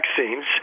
vaccines